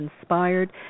inspired